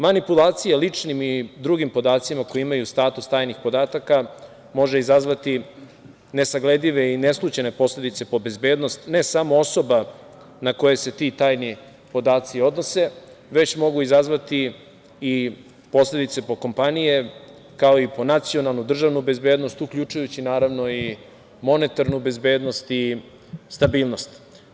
Manipulacija ličnim i drugim podacima koji imaju status tajnih podataka može izazvati nesagledive i neslućene posledice po bezbednost ne samo osoba na koje se ti tajni podaci odnose, već mogu izazvati i posledice po kompanije, kao i po nacionalnu i državnu bezbednost, uključujući naravno i monetarnu bezbednost i stabilnost.